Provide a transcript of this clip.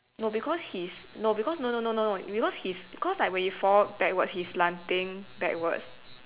no because he is no because no no no no no because he's cause like when you fall backwards he is slanting backwards